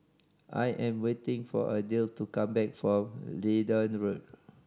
I am waiting for Adell to come back from Leedon Road